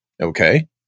Okay